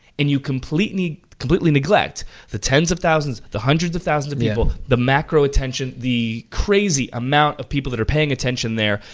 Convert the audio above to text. and you completely, completely neglect the tens of thousand, the hundreds of thousands of people, the macro-attention, the crazy amount of people that are paying attention there.